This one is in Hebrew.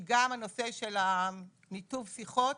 כי גם הנושא של ניתוב שיחות